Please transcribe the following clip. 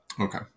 Okay